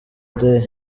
day